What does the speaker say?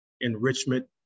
enrichment